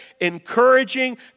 Encouraging